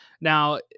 Now